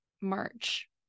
March